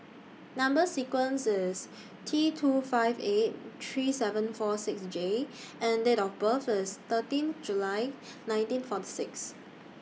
Number sequence IS T two five eight three seven four six J and Date of birth IS thirteen July nineteen forty six